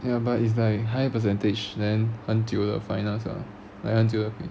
ya but it's like high percentage then until the final ah like until the finals